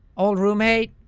old roommate.